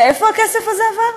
לאיפה הכסף הזה עבר?